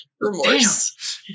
remorse